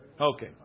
Okay